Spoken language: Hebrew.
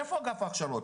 איפה אגף ההכשרות?